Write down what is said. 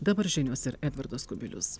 dabar žinios ir edvardas kubilius